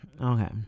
okay